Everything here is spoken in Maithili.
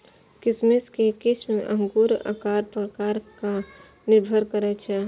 किशमिश के किस्म अंगूरक आकार प्रकार पर निर्भर करै छै